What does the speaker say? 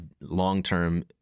long-term